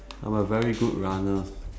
I'm a very good runner